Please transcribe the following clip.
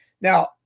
Now